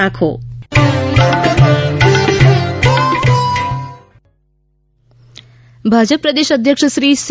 પાટીલ ભાજપ પ્રદેશ અધ્યક્ષ શ્રી સી